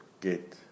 get